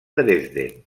dresden